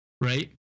Right